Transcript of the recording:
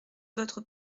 votre